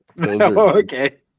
okay